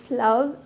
love